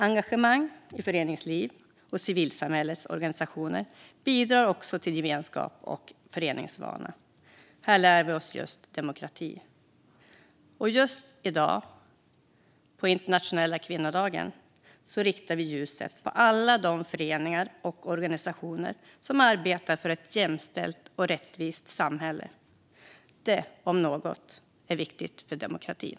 Engagemang i föreningsliv och civilsamhällets organisationer bidrar också till gemenskap och föreningsvana. Här lär vi oss demokrati. Just i dag, på internationella kvinnodagen, riktar vi ljuset mot alla de föreningar och organisationer som arbetar för ett jämställt och rättvist samhälle. Det om något är viktigt för demokratin.